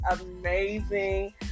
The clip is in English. amazing